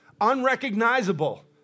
unrecognizable